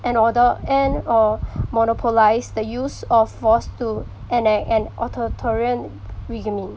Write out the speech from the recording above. and order and or monopolise the use of force to enact an authoritarian regime